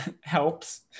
helps